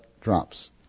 drops